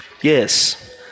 Yes